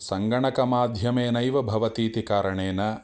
सङ्गणकमाध्यमेनैव भवति इति कारणेन